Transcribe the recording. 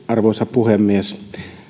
arvoisa puhemies